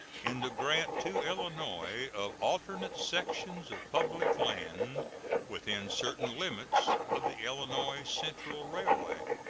in the grant to illinois of alternate sections of public land within certain limits of the illinois central railway.